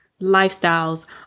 lifestyles